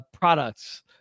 products